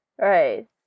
Right